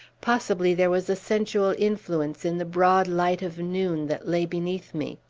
possibly there was a sensual influence in the broad light of noon that lay beneath me.